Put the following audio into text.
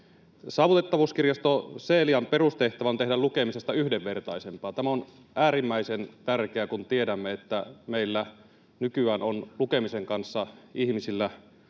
Saavutettavuuskirjasto Celian perustehtävä on tehdä lukemisesta yhdenvertaisempaa. Tämä on äärimmäisen tärkeää, kun tiedämme, että meillä nykyään on lukemisen kanssa ihmisillä